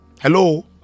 Hello